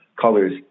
colors